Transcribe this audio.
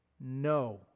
no